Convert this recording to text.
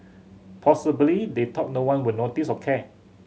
possibly they thought no one would notice or care